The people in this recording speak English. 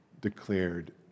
declared